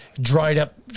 dried-up